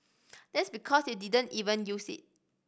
that's because you didn't even use it